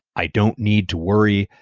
i don't need to worry,